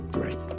Great